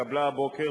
שנתקבלה הבוקר,